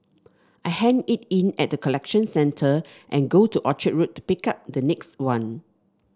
I hand it in at the collection centre and go to Orchard Road pick up the next one